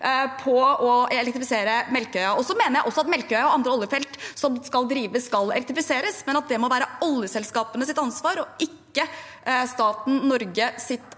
på å elektrifisere Melkøya. Jeg mener også at Melkøya og andre oljefelt som skal drives, skal elektrifiseres, men at det må være oljeselskapenes ansvar å finansiere, ikke staten Norge,